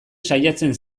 saiatzen